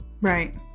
Right